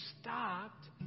stopped